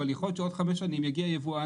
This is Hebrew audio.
אבל יכול להיות שעוד חמש שנים יגיע יבואן